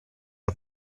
dal